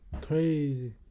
crazy